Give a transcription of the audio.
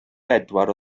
bedwar